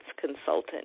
consultant